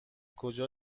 کجا